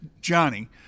Johnny